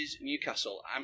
Newcastle